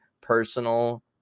personal